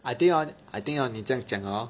I think hor I think hor 你这样讲 hor